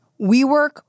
WeWork